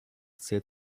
zählt